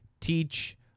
teach